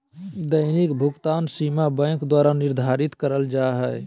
दैनिक भुकतान सीमा बैंक द्वारा निर्धारित करल जा हइ